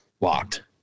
locked